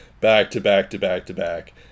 back-to-back-to-back-to-back